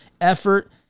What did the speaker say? effort